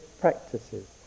practices